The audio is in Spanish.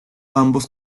ambos